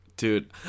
dude